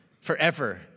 forever